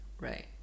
Right